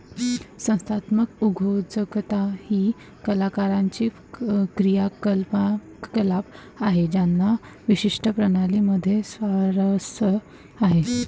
संस्थात्मक उद्योजकता ही कलाकारांची क्रियाकलाप आहे ज्यांना विशिष्ट प्रणाली मध्ये स्वारस्य आहे